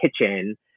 kitchen